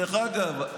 דרך אגב,